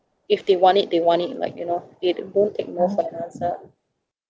if they want it they want it like you know they won't take no for an answer